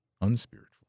unspiritual